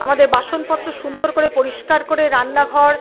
আমাদের বাসনপত্র সুন্দর করে পরিষ্কার করে রান্নাঘর